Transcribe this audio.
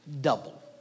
double